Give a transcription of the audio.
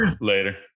Later